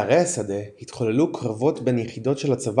בערי השדה התחוללו קרבות בין יחידות של הצבא